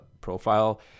profile